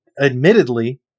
admittedly